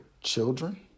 children